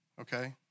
okay